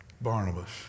Barnabas